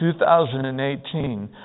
2018